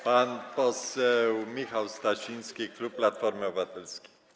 Pan poseł Michał Stasiński, klub Platformy Obywatelskiej.